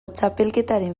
txapelketaren